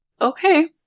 Okay